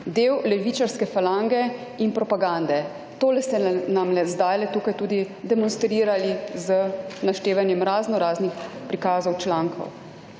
del levičarske falange in propagande. To ste nam zdaj tukaj tudi demonstrirali z naštevanjem raznoraznih prikazov, člankov.